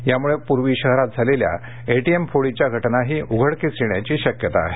यामुळे पूर्वी शहरात झालेल्या एटीएम फोडीच्या घटनाही उघडकीस येण्याची शक्यता आहे